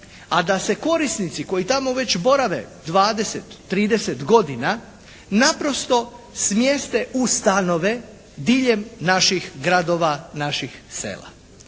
a da se korisnici koji tamo već borave 20, 30 godina naprosto smjeste u stanove diljem naših gradova, naših sela.